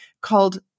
called